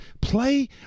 play